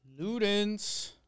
Ludens